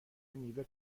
میوه